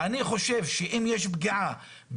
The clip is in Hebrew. אני חושב שאם יש פגיעה,